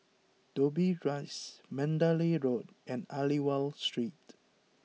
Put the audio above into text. Dobbie Rise Mandalay Road and Aliwal Street